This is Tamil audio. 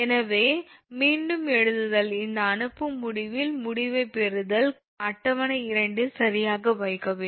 எனவே மீண்டும் எழுதுதல் இந்த அனுப்பும் முடிவில் முடிவைப் பெறுதல் அட்டவணை 2 இல் சரியாக வைக்கவில்லை